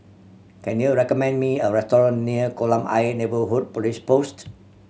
can you recommend me a restaurant near Kolam Ayer Neighbourhood Police Post